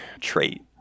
trait